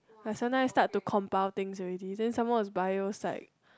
like sometimes start to compile things already then some more it's bio psych